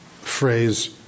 phrase